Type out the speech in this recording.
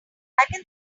can